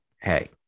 hey